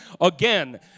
again